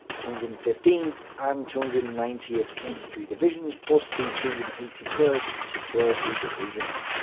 two hundred and fifteenth, and two hundred and ninetieth infantry divisions, plus the two hundred and eighty first security division.